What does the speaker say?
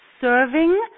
serving